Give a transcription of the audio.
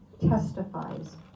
testifies